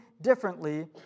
differently